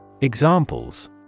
Examples